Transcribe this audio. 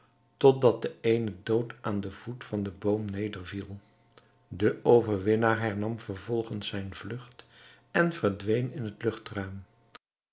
totdat de eene dood aan den voet van den boom neder viel de overwinnaar hernam vervolgens zijne vlugt en verdween in het